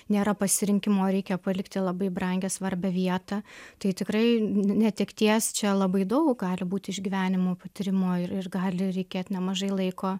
nėra pasirinkimo reikia palikti labai brangią svarbią vietą tai tikrai netekties čia labai daug gali būti išgyvenimų patyrimų ir ir gali reikėt nemažai laiko